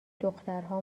دخترها